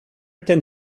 ten